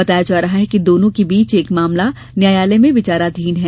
बताया जा रहा है कि दोनों के बीच एक मामला न्यायालय में विचाराधीन है